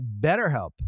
BetterHelp